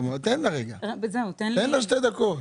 תן לה שתי דקות.